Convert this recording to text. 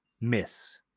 miss